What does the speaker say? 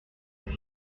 vous